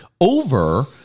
over